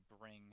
bring